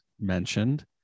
mentioned